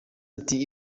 ati